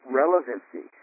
relevancy